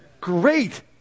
great